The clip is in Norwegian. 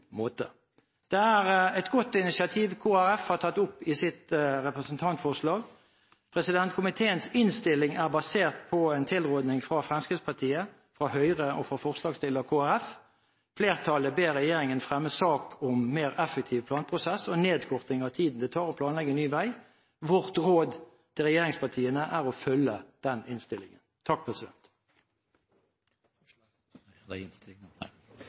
Det er et godt initiativ Kristelig Folkeparti har tatt opp i sitt representantforslag. Komiteens innstilling er basert på tilråding fra Fremskrittspartiet, fra Høyre og fra forslagsstiller Kristelig Folkeparti. Flertallet ber regjeringen fremme sak om mer effektive planprosesser og nedkorting av tiden det tar å planlegge ny vei. Vårt råd til regjeringspartiene er å følge den innstillingen.